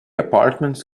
apartments